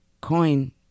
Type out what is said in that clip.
coin